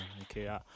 Okay